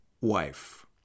wife